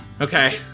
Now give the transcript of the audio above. Okay